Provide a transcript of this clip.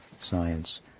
science